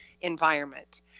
environment